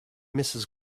mrs